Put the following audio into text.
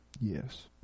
Yes